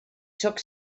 sóc